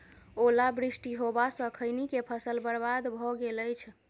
ओला वृष्टी होबा स खैनी के फसल बर्बाद भ गेल अछि?